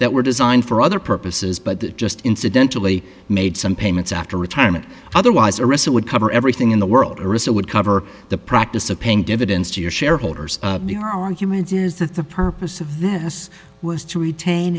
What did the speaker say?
that were designed for other purposes but that just incidentally made some payments after retirement otherwise arisa would cover everything in the world arista would cover the practice of paying dividends to your shareholders or argument is that the purpose of this was to retain